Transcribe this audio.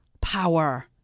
power